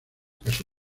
casó